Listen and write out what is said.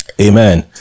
Amen